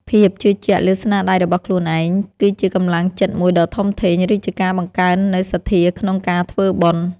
ភាពជឿជាក់លើស្នាដៃរបស់ខ្លួនឯង គឺជាកម្លាំងចិត្តមួយដ៏ធំធេង ឬជាការបង្កើននូវសទ្ធាក្នុងការធ្វើបុណ្យ។